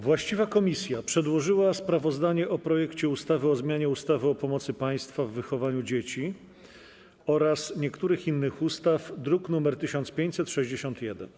Właściwa komisja przedłożyła sprawozdanie o projekcie ustawy o zmianie ustawy o pomocy państwa w wychowywaniu dzieci oraz niektórych innych ustaw, druk nr 1561.